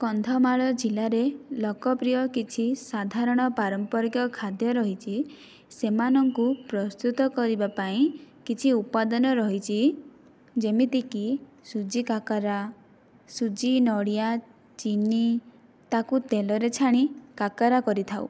କନ୍ଧମାଳ ଜିଲ୍ଲାରେ ଲୋକପ୍ରିୟ କିଛି ସାଧାରଣ ପାରମ୍ପରିକ ଖାଦ୍ୟ ରହିଛି ସେମାନଙ୍କୁ ପ୍ରସ୍ତୁତ କରିବା ପାଇଁ କିଛି ଉପାଦାନ ରହିଛି ଯେମିତିକି ସୁଜି କାକରା ସୁଜି ନଡ଼ିଆ ଚିନି ତାକୁ ତେଲରେ ଛାଣି କାକରା କରିଥାଉ